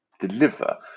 Deliver